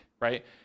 right